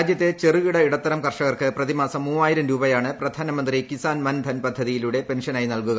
രാജ്യത്തെ ചെറുകിട ഇടത്തരം കർഷകർക്ക് പ്രതിമാസം മൂവായിരം രൂപയാണ് പ്രധാൻമന്ത്രി കിസാൻ മൻധൻ പദ്ധതിയിലൂടെ പെൻഷനായി നൽകുക